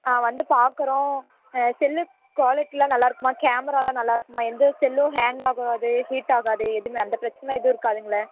ஆ வந்து பார்க்குறோம் செல்லு குவாலிட்டிலாம் நல்லா இருக்குமா கேமராலாம் நல்லா இருக்குமா எந்த செல்லும் ஹேங் ஆகாது ஹீட் ஆகாது எதுவுமே அந்த பிரெச்சனை எதுவும் இருக்காதுங்கல்ல